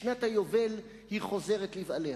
בשנת היובל היא חוזרת לבעליה,